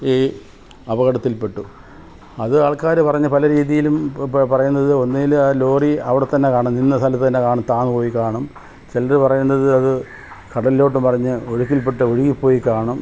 ഈ അപകടത്തിൽ പെട്ടു അതാൾക്കാര് പറഞ്ഞ് പല രീതിയിലും പ പറയുന്നത് ഒന്നുമില്ലേ ആ ലോറി അവിടെത്തന്നെ കാണും നിന്ന സ്ഥലത്തുതന്നെ കാണും താഴ്ന്നുപോയിക്കാണും ചിലര് പറയുന്നത് അത് കടലിലോട്ട് മറിഞ്ഞ് ഒഴുക്കിൽപ്പെട്ട് ഒഴുകിപ്പോയിക്കാണും